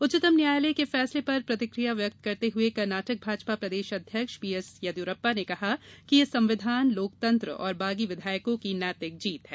उच्चतम न्यायालय के फैसले पर प्रतिकिया व्यक्त करते हुए कर्नाटक भाजपा प्रदेश अध्यक्ष बी एस येदुरप्पा ने कहा है कि यह संविधान लोकतंत्र और बागी विधायकों की नैतिक जीत है